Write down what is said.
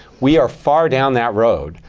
we are far down that road.